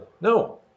no